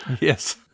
Yes